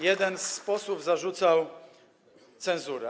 Jeden z posłów zarzucał cenzurę.